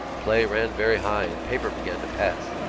play ran very high and paper began to pass.